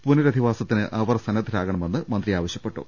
പുനരധിവാസത്തിന് അവർ സന്നദ്ധരാകണമെന്ന് മന്ത്രി ആവശ്യപ്പെട്ടു